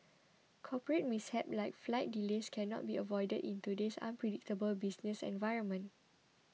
corporate mishaps like flight delays cannot be avoided in today's unpredictable business environment